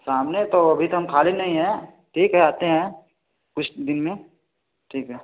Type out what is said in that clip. सामने तो अभी तो हम ख़ाली नहीं है ठीक है आते हैं कुछ दिन में ठीक है